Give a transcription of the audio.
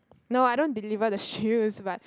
no I don't deliver the shoes but